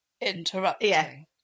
interrupting